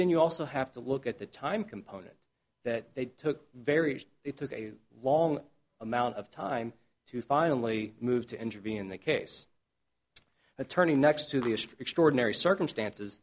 then you also have to look at the time component that they took very it took a long amount of time to finally move to intervene in the case attorney next to the extraordinary circumstances